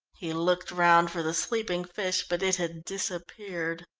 he looked round for the sleeping fish but it had disappeared.